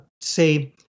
say